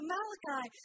Malachi